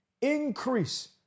increase